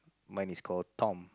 mine is call Tom